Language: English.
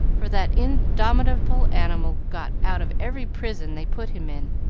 for that indomitable animal got out of every prison they put him in,